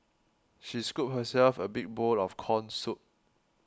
she scooped herself a big bowl of Corn Soup